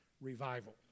Revival